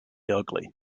ugly